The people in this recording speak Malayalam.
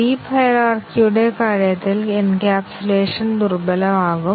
ഡീപ് ഹയിരാർക്കിയുടെ കാര്യത്തിൽ എൻക്യാപ്സുലേഷൻ ദുർബലമാകും